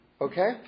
Okay